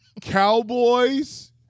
Cowboys